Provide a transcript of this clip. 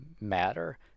matter